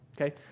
Okay